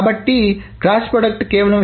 కాబట్టి cross product కేవలం